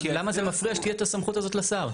למה זה מפריע שתהיה את הסמכותה זאת לשר?